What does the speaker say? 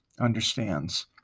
understands